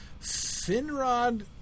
Finrod